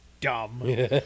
dumb